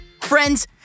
Friends